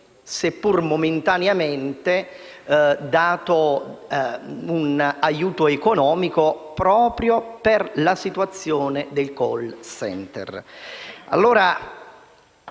seppur momentaneamente, dato un aiuto economico proprio per la situazione dei call center.